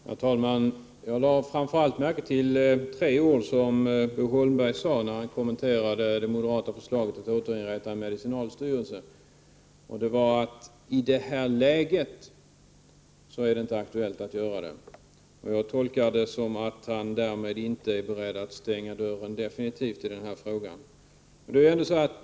Herr talman! Jag lade framför allt märke till tre ord som Bo Holmberg sade när han kommenterade det moderata förslaget att återinrätta medicinalstyrelsen. I ”det här läget” är det inte aktuellt, sade Bo Holmberg. Jag tolkar det som att han därmed inte vill stänga dörren definitivt i denna fråga.